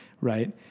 right